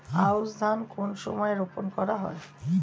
আউশ ধান কোন সময়ে রোপন করা হয়?